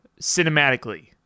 cinematically